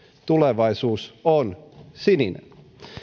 tulevaisuus on sininen